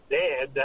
dad